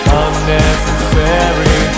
unnecessary